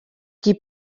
qui